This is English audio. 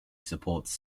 supports